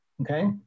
okay